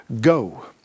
go